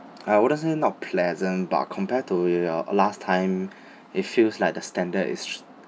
I wouldn't say not pleasant but compare to your last time it feels like the standard is